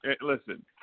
Listen